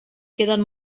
queden